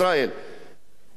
אני רוצה לדבר,